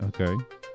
Okay